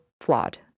flawed